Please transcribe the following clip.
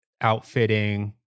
outfitting